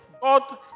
God